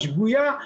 שגויה,